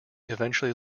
eventually